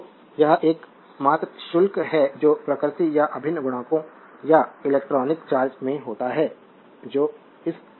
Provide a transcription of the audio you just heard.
तो यह एकमात्र शुल्क है जो प्रकृति या अभिन्न गुणकों या इलेक्ट्रॉनिक चार्ज में होता है जो इस मान है